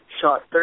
shot